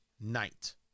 night